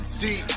Deep